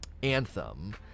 Anthem